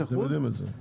אתם יודעים את זה.